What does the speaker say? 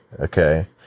okay